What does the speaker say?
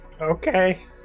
Okay